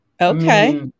Okay